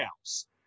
house